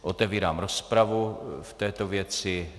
Otevírám rozpravu v této věci.